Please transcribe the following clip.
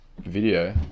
Video